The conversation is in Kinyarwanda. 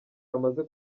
bamaze